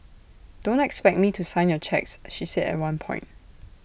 don't expect me to sign your cheques she said at one point